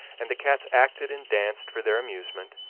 and the cats acted and danced for their amusement,